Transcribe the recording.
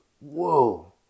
Whoa